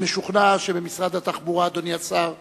אני משוכנע שבמשרד התחבורה, אדוני השר,